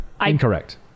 Incorrect